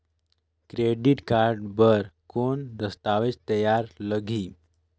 Credit card बर कौन दस्तावेज तैयार लगही?